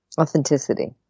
Authenticity